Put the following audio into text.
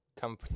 Come